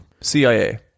CIA